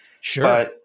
Sure